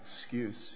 excuse